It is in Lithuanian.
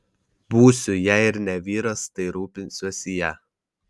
būsiu jei ir ne vyras tai rūpinsiuosi ja